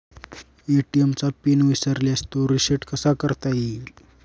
ATM चा PIN विसरल्यास तो रिसेट कसा करता येईल?